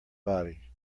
body